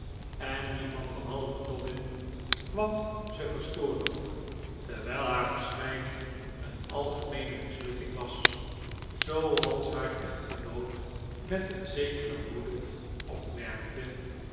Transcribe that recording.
en niemand behalve dobbin kwam ze verstoren terwijl haar verschijning een algeheele mislukking was zooals haar echtgenoot met een zekere woede opmerkte